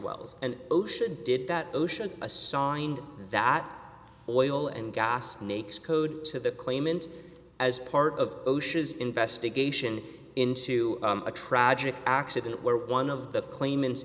wells and ocean did that ocean assigned that oil and gas nakes code to the claimant as part of oceans investigation into a tragic accident where one of the claimants